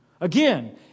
Again